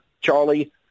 Charlie